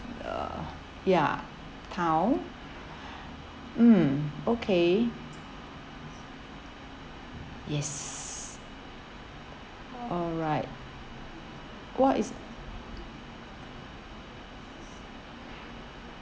uh ya town mm okay yes all right what is